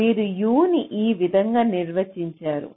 మీరు U ని ఈ విధంగా నిర్వచించారు